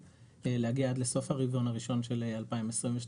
להגיע עד לסוף הרבעון הראשון של 2022,